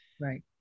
Right